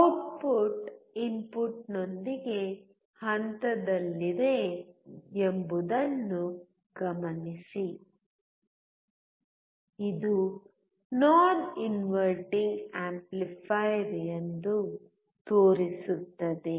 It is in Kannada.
ಔಟ್ಪುಟ್ ಇನ್ಪುಟ್ನೊಂದಿಗೆ ಹಂತದಲ್ಲಿದೆ ಎಂಬುದನ್ನು ಗಮನಿಸಿ ಇದು ನಾನ್ ಇನ್ವರ್ಟಿಂಗ್ ಆಂಪ್ಲಿಫಯರ್ ಎಂದು ತೋರಿಸುತ್ತದೆ